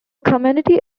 community